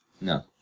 No